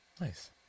Nice